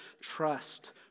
trust